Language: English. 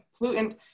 pollutant